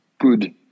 good